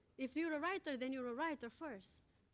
if you're a writer, then you're a writer first.